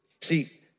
See